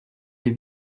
des